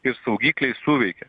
ir saugikliai suveikė